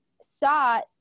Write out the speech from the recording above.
saw